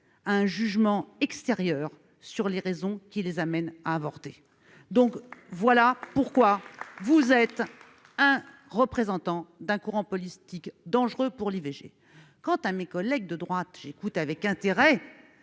un jugement extérieurs sur les raisons qui les amène à avorter. Donc voilà pourquoi vous êtes un représentant d'un courant politique dangereux pour l'IVG quant à mes collègues de droite, j'écoute avec intérêt